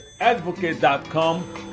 advocate.com